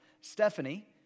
Stephanie